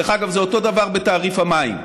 דרך אגב, זה אותו דבר בתעריף המים,